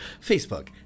Facebook